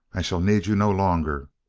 i shall need you no longer.